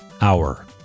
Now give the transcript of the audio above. Hour